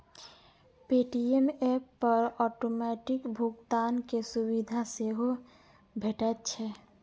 Paytm app पर automatic भुगतान के सुविधा सेहो भेटैत छैक